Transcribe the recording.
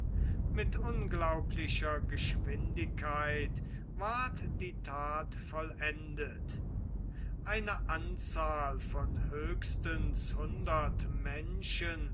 mit unglaublicher geschwindigkeit ward die that vollendet eine anzahl von höchstens